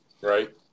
Right